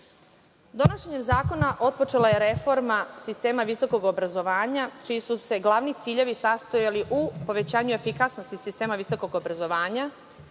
zakona otpočela je reforma sistema visokog obrazovanja, čiji su se glavni ciljevi sastojali u povećanju efikasnosti sistema visokog obrazovanja,